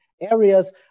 areas